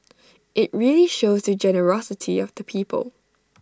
IT really shows the generosity of the people